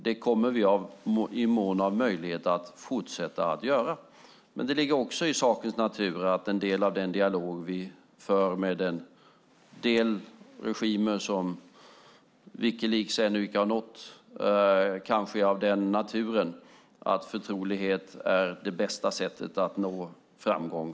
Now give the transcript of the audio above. Det kommer vi i mån av möjligheter att fortsätta att göra. Men det ligger också i sakens natur att en del av den dialog vi för med en del regimer som Wikileaks ännu inte har nått kanske är av den naturen att förtrolighet är det bästa sättet att nå framgång.